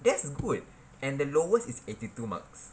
that's good and the lowest is eighty two marks